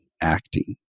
acting